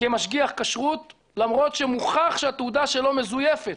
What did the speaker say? כמשגיח כשרות, למרות שמוכח שהתעודה שלו מזויפת?